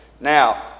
Now